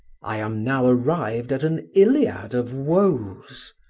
i am now arrived at an iliad of woes,